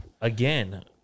Again